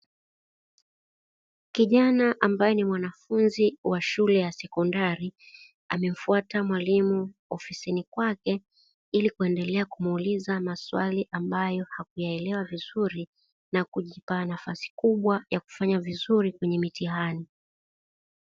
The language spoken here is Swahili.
Kijana ambaye ni mwanafunzi wa shule ya sekondari, amemfuata mwalimu ofisini kwake ili kuendelea kumuuliza maswali ambayo hakuyaelewa vizuri na kujipa nafasi kubwa ya kufanya vizuri kwenye mitihani.